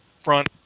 front